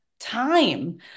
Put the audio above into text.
time